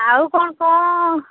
ଆଉ କ'ଣ କ'ଣ